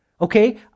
okay